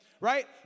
right